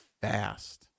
fast